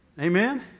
Amen